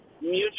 mutual